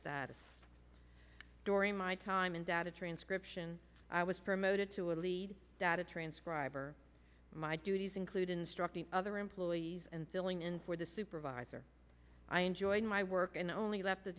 status during my time in data transcription i was promoted to a lead data transcriber my duties include instructing other employees and filling in for the supervisor i enjoyed my work and i only left the